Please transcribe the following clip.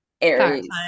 Aries